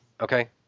okay